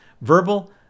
verbal